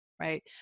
right